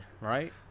right